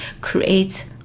create